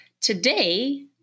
Today